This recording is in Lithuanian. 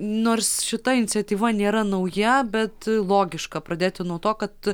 nors šita iniciatyva nėra nauja bet logiška pradėti nuo to kad